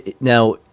now